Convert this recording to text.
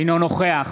אינו נוכח